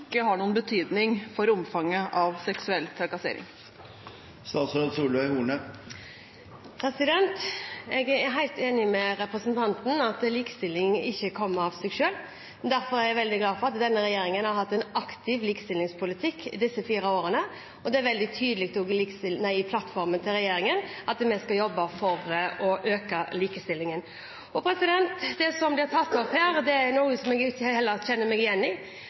har noen betydning for omfanget av seksuell trakassering? Jeg er helt enig med representanten i at likestilling ikke kommer av seg selv. Derfor er jeg veldig glad for at denne regjeringen har hatt en aktiv likestillingspolitikk i disse fire årene, og det er veldig tydelig i plattformen til regjeringen at vi skal jobbe for å øke likestillingen. Det som blir tatt opp her, er heller ikke noe som jeg kjenner meg igjen i.